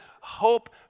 Hope